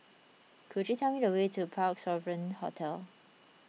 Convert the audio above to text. could you tell me the way to Parc Sovereign Hotel